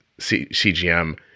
CGM